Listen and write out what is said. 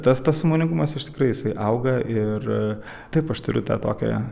tas tas sąmoningumas iš tikrųjų jisai auga ir taip aš turiu tą tokią